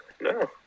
no